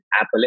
Apple